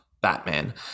Batman